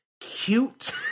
cute